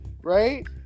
right